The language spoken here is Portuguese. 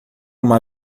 uma